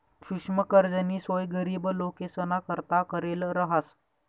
सुक्ष्म कर्जनी सोय गरीब लोकेसना करता करेल रहास